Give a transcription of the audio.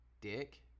Dick